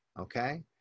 okay